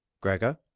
Gregor